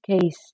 case